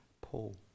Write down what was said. Paul